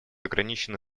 ограничены